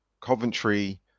Coventry